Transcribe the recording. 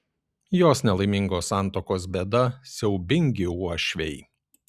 jos nelaimingos santuokos bėda siaubingi uošviai